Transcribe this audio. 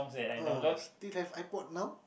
uh still have iPod now